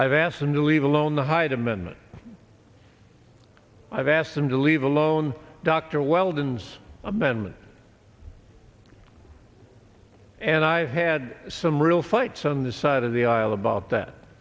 i've asked them to leave alone the hyde amendment i've asked them to leave alone dr weldon's amendment and i've had some real fights on the side of the aisle about that